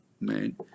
man